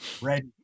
Ready